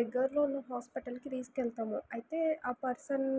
దగ్గర్లో ఉన్న హాస్పిటల్కి తీసుకెళ్తాము అయితే ఆ పర్సన్